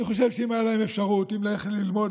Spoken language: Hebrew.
אני חושב שאם הייתה להם אפשרות ללכת ללמוד